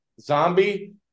zombie